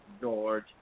George